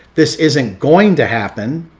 this isn't going to happen,